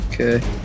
Okay